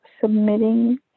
submitting